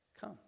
Come